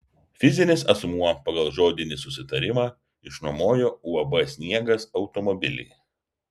fizinis asmuo pagal žodinį susitarimą išnuomojo uab sniegas automobilį